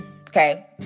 Okay